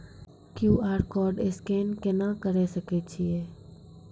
QR code scan केना करै सकय छियै?